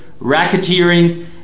racketeering